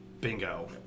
Bingo